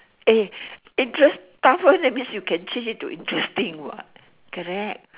eh it just tougher that means you can change it to interesting what correct